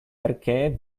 perché